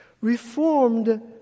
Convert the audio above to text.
Reformed